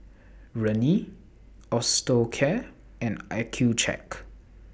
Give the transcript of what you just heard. Rene Osteocare and Accucheck